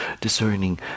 discerning